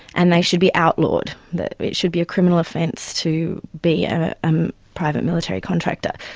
and they should be outlawed, that it should be a criminal offence to be a um private military contractor.